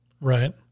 Right